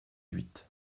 huit